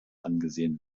angesehen